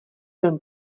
film